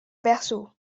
berceau